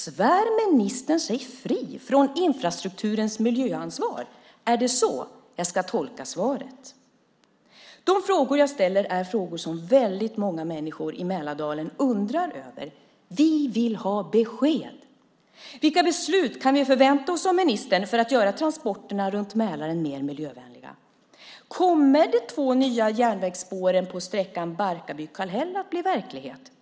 Svär ministern sig fri från infrastrukturens miljöansvar? Är det så jag ska tolka svaret? De frågor jag ställer är frågor som väldigt många människor i Mälardalen undrar över. Vi vill ha besked! Vilka beslut kan vi förvänta oss av ministern för att göra transporterna runt Mälaren mer miljövänliga? Kommer de två nya järnvägsspåren på sträckan Barkarby-Kallhäll att bli verklighet?